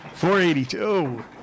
482